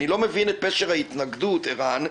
אני לא מבין את פשר ההתנגדות, ערן.